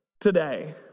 today